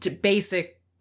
basic